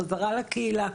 חזרה לקהילה.